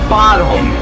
bottom